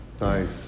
Nice